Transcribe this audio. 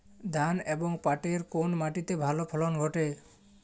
ধান এবং পাটের কোন মাটি তে ভালো ফলন ঘটে?